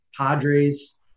Padres